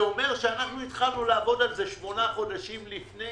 זה אומר שהתחלנו לעבוד על זה שמונה חודשים לפני,